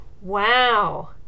wow